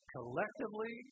Collectively